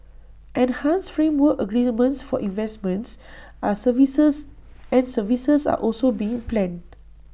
enhanced framework agreements for investments are services and services are also being planned